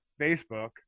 Facebook